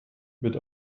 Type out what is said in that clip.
mit